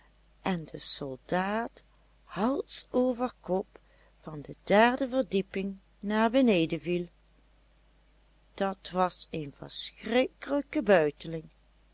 en de soldaat hals over kop van de derde verdieping naar beneden viel dat was een verschrikkelijke buiteling